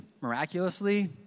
miraculously